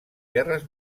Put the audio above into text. guerres